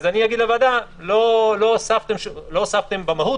אני אגיד לוועדה: לא הוספתם במהות,